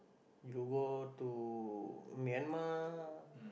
you go to Myanmar